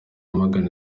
yamagana